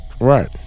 Right